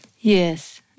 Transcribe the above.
Yes